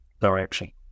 direction